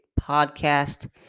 Podcast